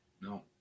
No